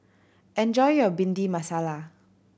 enjoy your Bhindi Masala